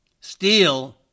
Steel